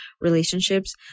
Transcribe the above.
relationships